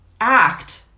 act